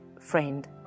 friend